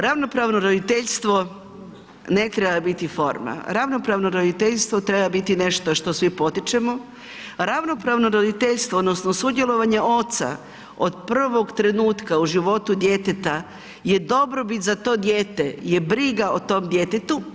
Ravnopravno roditeljstvo ne treba biti forma, ravnopravno roditeljstvo treba biti nešto što svi potičemo, ravnopravno roditeljstvo odnosno sudjelovanje oca od prvog trenutka u životu djeteta je dobrobit za to dijete, je briga o tom djetetu.